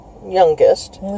Youngest